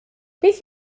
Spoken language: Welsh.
beth